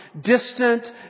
distant